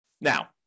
Now